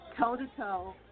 toe-to-toe